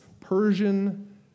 Persian